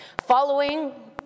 Following